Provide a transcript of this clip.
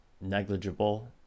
negligible